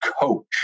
coach